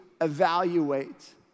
evaluate